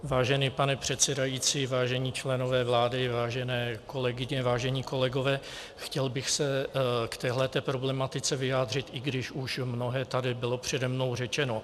Vážený pane předsedající, vážení členové vlády, vážené kolegyně, vážení kolegové, chtěl bych se k této problematice vyjádřit, i když už mnohé tady bylo přede mnou řečeno.